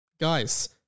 Guys